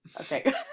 Okay